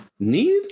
Need